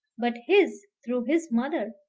but his, through his mother!